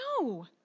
No